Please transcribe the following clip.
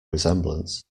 resemblance